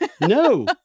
No